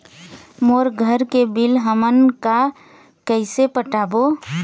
मोर घर के बिल हमन का कइसे पटाबो?